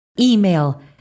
Email